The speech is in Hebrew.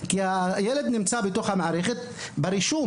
כי הילד נמצא בתוך הרישום במערכת בית הספר,